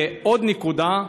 ועוד נקודה: